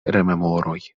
rememoroj